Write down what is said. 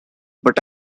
but